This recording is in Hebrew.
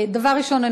דבר ראשון,